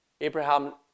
Abraham